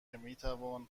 میتوان